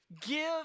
Give